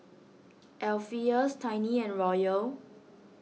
Alpheus Tiny and Royal